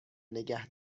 نگه